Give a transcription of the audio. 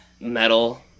metal